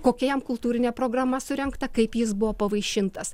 kokia jam kultūrinė programa surengta kaip jis buvo pavaišintas